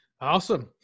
Awesome